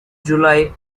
july